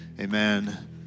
Amen